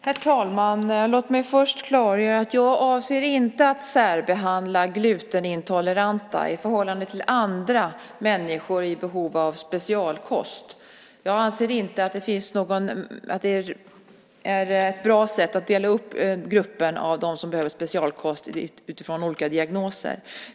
Herr talman! Låt mig först klargöra att jag inte avser att särbehandla glutenintoleranta i förhållande till andra människor som är i behov av specialkost. Jag anser inte att det är ett bra sätt att dela upp dem som behöver specialkost utifrån olika diagnoser.